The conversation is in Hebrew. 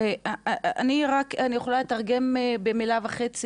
אני רוצה לתרגם במילה וחצי,